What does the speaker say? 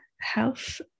health